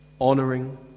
honoring